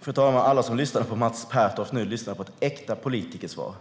Fru talman! Alla som nu lyssnade på Mats Pertoft lyssnade på ett äkta politikersvar.